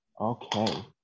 Okay